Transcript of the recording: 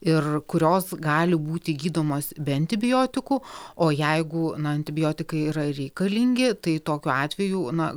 ir kurios gali būti gydomos be antibiotikų o jeigu na antibiotikai yra reikalingi tai tokiu atveju na